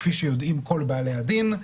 כפי שיודעים כל בעלי הדין,